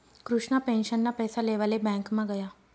कृष्णा पेंशनना पैसा लेवाले ब्यांकमा गया